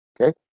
Okay